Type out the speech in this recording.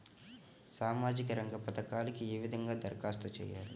సామాజిక రంగ పథకాలకీ ఏ విధంగా ధరఖాస్తు చేయాలి?